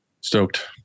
Stoked